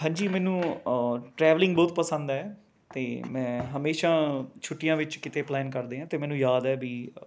ਹਾਂਜੀ ਮੈਨੂੰ ਟਰੈਵਲਿੰਗ ਬਹੁਤ ਪਸੰਦ ਹੈ ਅਤੇ ਮੈਂ ਹਮੇਸ਼ਾ ਛੁੱਟੀਆਂ ਵਿੱਚ ਕਿਤੇ ਪਲੈਨ ਕਰਦਾ ਹਾਂ ਅਤੇ ਮੈਨੂੰ ਯਾਦ ਹੈ ਵੀ